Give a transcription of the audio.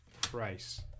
Price